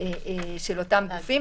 אותם מעשים,